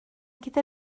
gyda